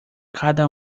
cada